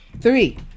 three